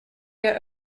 der